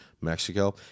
Mexico